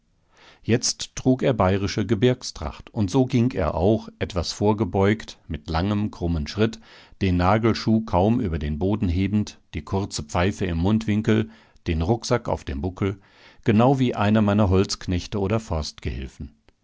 jetzt trug er bayrische gebirgstracht und so ging er auch etwas vorgebeugt mit langem krummem schritt den nagelschuh kaum über den boden hebend die kurze pfeife im mundwinkel den rucksack auf dem buckel genau wie einer meiner holzknechte oder